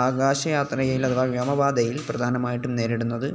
ആകാശയാത്രയിൽ അഥവാ വ്യോമപാതയിൽ പ്രധാനമായിട്ടും നേരിടുന്നത്